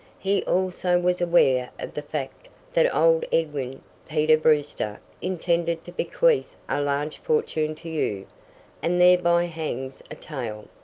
he also was aware of the fact that old edwin peter brewster intended to bequeath a large fortune to you and thereby hangs a tale.